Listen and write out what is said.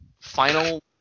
final